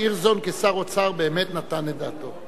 הירשזון כשר אוצר באמת נתן את דעתו.